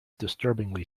disturbingly